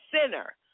center